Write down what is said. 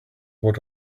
what